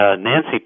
Nancy